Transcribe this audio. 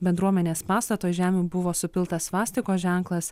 bendruomenės pastato žemių buvo supiltas svastikos ženklas